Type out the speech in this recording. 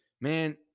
Man